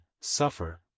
Suffer